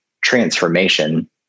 transformation